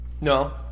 No